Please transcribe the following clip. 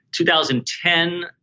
2010